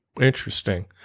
Interesting